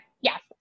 yes